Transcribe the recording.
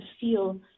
feel